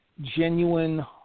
Genuine